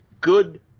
good